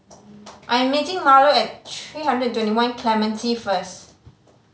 I am meeting Marlo at three hundred and twenty one Clementi first